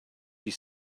she